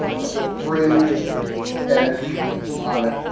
the fringed edge on it,